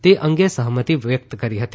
તે અંગે સહમતી વ્યકત કરી હતી